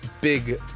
big